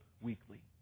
weekly